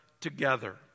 together